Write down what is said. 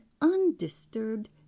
undisturbed